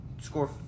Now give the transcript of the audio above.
score